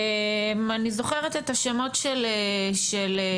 אני זוכרת את השמות של חלקם,